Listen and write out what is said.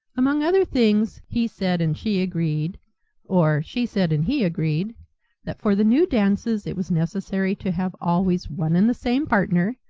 among other things he said, and she agreed or she said and he agreed that for the new dances it was necessary to have always one and the same partner,